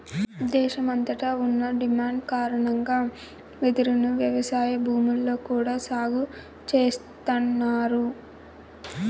దేశమంతట ఉన్న డిమాండ్ కారణంగా వెదురును వ్యవసాయ భూముల్లో కూడా సాగు చేస్తన్నారు